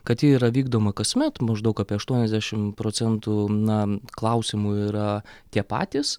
kad ji yra vykdoma kasmet maždaug apie aštuoniasdešim procentų na klausimų yra tie patys